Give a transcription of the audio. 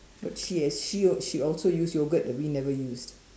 but she act~ she she also used yogurt that we never use